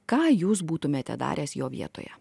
ką jūs būtumėte daręs jo vietoje